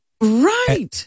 Right